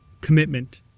Commitment